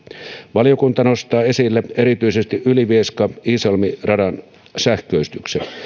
valiokunta nostaa esille erityisesti ylivieska iisalmi radan sähköistyksen